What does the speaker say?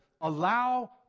allow